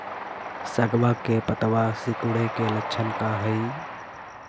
सगवा के पत्तवा सिकुड़े के लक्षण का हाई?